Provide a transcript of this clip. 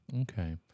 Okay